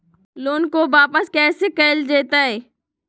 Loan के वापस कैसे कैल जतय?